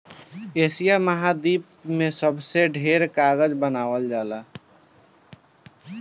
Asia महाद्वीप में सबसे ढेर कागज बनावल जाला